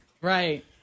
Right